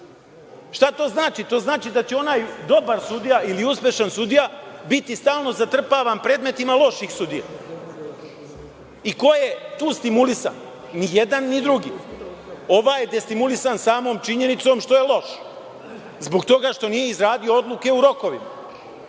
to znači? To znači da će onaj dobar sudija ili uspešan sudija biti stalno zatrpavan predmetima loših sudija. I ko je tu stimulisan? Ni jedan ni drugi. Ovaj je destimulisan samom činjenicom što je loš, zbog toga što nije izradio odluke u rokovima,